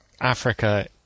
Africa